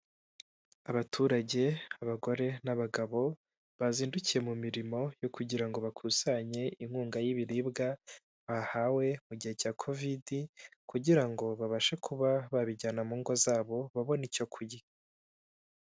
Abaturage, abagore n'abagabo, bazindukiye mu mirimo yo kugira ngo bakusanye inkunga y'ibiribwa, bahawe mu gihe cya Kovide kugira ngo babashe kuba babijyana mu ngo zabo babone icyo kurya.